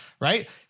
right